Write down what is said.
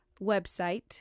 website